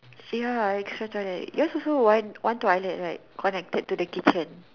ya it's yours also is one toilet right connected to the kitchen